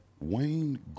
Wayne